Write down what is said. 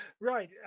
Right